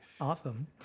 Awesome